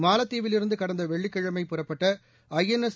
மாலத்தீவில் இருந்து கடந்த வெள்ளிக்கிழமை புறப்பட்ட ஐஎன்எஸ்